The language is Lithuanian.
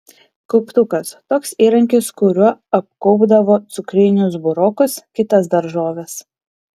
kauptukas toks įrankis kuriuo apkaupdavo cukrinius burokus kitas daržoves